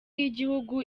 y’igihugu